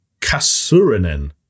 Kasurinen